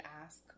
ask